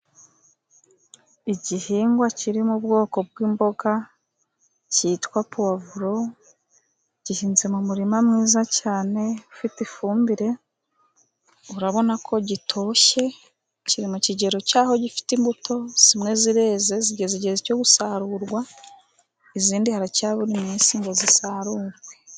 Igihingwa kiri mu bwoko bw'imboga cyitwa puwavuro, gihinze mu murima mwiza cyane ufite ifumbire urabona ko gitoshye, kiri mu kigero cy'aho gifite imbuto zimwe zireze zigeze igihe cyo gusarurwa izindi hara cyabura iminsi ngo zisarurwe.